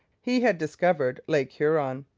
he had discovered lake huron,